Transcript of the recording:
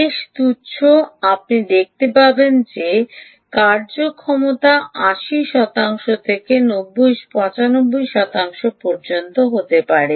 বেশ তুচ্ছ আপনি দেখতে পাবেন যে কার্যক্ষমতা 80 থেকে 95 শতাংশ পর্যন্ত হতে পারে